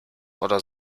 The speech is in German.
oder